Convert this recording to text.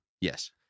yes